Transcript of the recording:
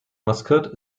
mascot